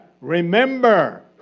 remember